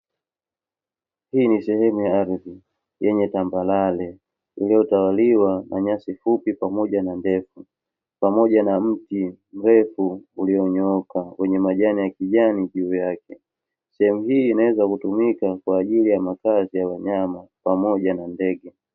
Hii ni sehemu ya ardhi yenye tambarare iliyotawaliwa na nyasi fupi, pamoja na ndefu pamoja na mti mrefu ulionyooka wenye majani ya kijani juu yake. Sehemu hii inaweza kutumika kwa ajili ya makazi ya wanyama pamoja na ndege.